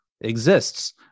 exists